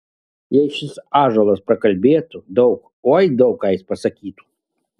jei šis ąžuolas prakalbėtų daug oi daug ką jis pasakytų